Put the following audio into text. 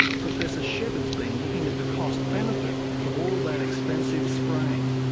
professor shepard's been looking at the cost benefit of all that expensive spraying.